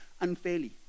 unfairly